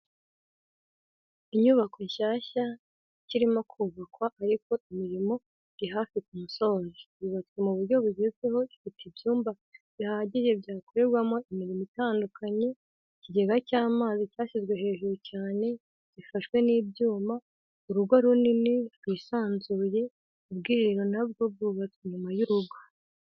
Inyubako nshyashya ikirimo kubakwa ariko imirimo iri hafi ku musozo yubatswe mu buryo bugezweho ifite ibyumba bihagije byakorerwamo imirimo itandukanye, ikigega cy'amazi cyashyizwe hejuru cyane gifashwe n'ibyuma, urugo runini rwisanzuye, ubwiherero nabwo bwubatswe inyuma y'urugo.